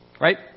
Right